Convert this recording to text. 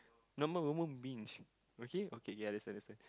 normal human beings okay okay ya understand understand